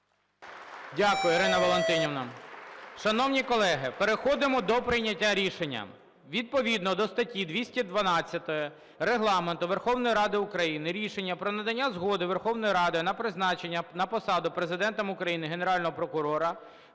Дякую, Ірина Валентинівна. Шановні колеги, переходимо до прийняття рішення. Відповідно до статті 212 Регламенту Верховної Ради України рішення про надання згоди Верховною Радою на призначення на посаду Президентом України Генерального прокурора